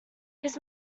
his